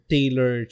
Taylor